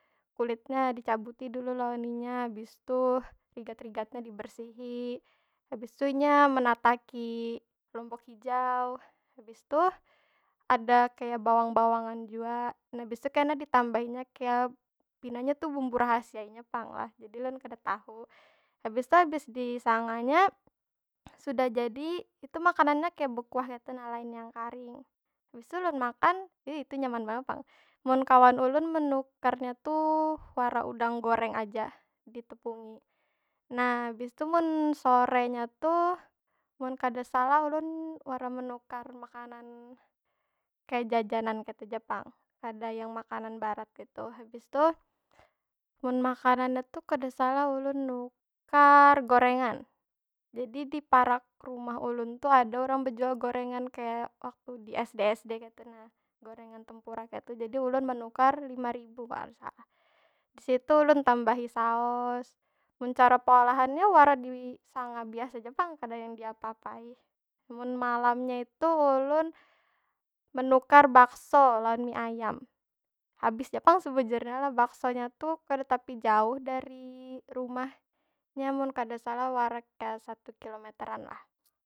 Kulitnya dicabuti dulu lawan inya, abis tu rigat- rigatnya dibersihi. Habis tu inya menataki lombok hijau. Habis tu ada kaya bawang- bawangan jua. Nah habis tu kena ditambahinya kaya, pinanya tu bumbu rahasia iya pang lah. Jadi ulun kada tahu. Habis tu, habis disanganya sudah jadi. Itu makanannya kaya bekuah kaytu nah, lain yang karing. Habis tu ulun makan, itu nyaman banar pang. Mun kawan ulun menukarnya tu, wara udang goreng aja ditepungi. Nah, habis tu mun sorenya tuh, mun kada salah ulun menukar makanan kaya jajanan kaytu ja pang. Kada yang makanan barat kaytu. Habis tu, mun yang makanannya tu kada salah ulun nukar gorengan. Jadi di parak rumah ulun tuh ada urang bejual gorengan kaya waktu di sd- sd kaytu nah, gorengan tempura kaytu. Jadi ulun menukar lima ribu. Di situ ulun tambahi saos. Mun cara pengolahannya mun wara disanga biasa ja pang. Kada yang diapa- apai. Mun malamnya itu ulun, menukar bakso lawan mie ayam. Habis ja pang sebujurnya. Baksonya tu kada tapi jauh dari rumah, nya mun kada salah wara kaya satu kilometeran lah.